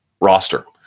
roster